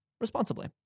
Responsibly